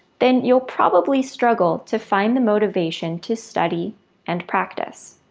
then you'll probably struggle to find the motivation to study and practise.